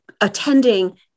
attending